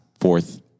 fourth